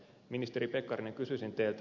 ministeri pekkarinen kysyisin teiltä